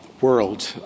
world